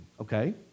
okay